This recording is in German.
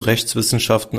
rechtswissenschaften